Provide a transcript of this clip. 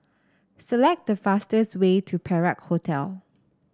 select the fastest way to Perak Hotel